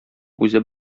үзе